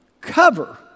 cover